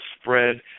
spread